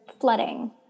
flooding